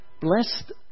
Blessed